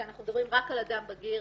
ואנחנו מדברים רק על אדם בגיר,